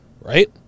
right